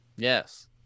Yes